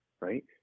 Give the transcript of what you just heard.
right